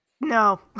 No